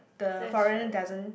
that's show